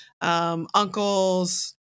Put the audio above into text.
uncles